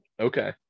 okay